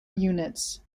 units